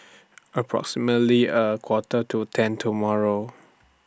approximately A Quarter to ten tomorrow